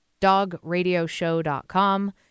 dogradioshow.com